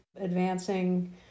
advancing